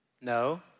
No